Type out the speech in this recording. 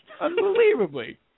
Unbelievably